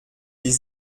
die